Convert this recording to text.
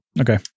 Okay